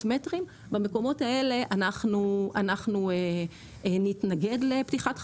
מטרים במקומות האלה אנחנו נתנגד לפתיחת חנויות.